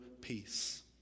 peace